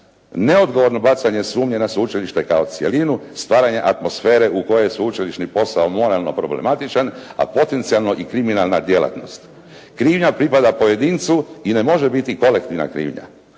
neodgovorno bacanje sumnje na sveučilište kao cjelinu, stvaranja atmosfere u kojoj sveučilišni posao moralno problematičan, a potencijalno i kriminalna djelatnost. Krivnja pripada pojedincu i ne može biti kolektivna krivnja.